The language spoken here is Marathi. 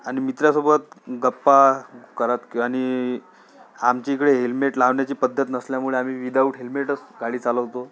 आणि मित्रासोबत गप्पा करत आणि आमच्या इकडे हेल्मेट लावण्याची पद्धत नसल्यामुळे आम्ही विदाऊट हेल्मेटच गाडी चालवतो